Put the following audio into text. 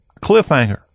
cliffhanger